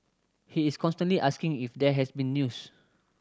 he is constantly asking if there has been news